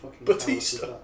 Batista